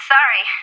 Sorry